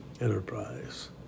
enterprise